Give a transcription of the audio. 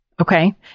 Okay